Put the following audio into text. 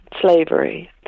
slavery